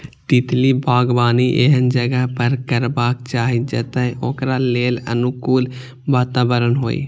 तितली बागबानी एहन जगह पर करबाक चाही, जतय ओकरा लेल अनुकूल वातावरण होइ